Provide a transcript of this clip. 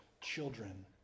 children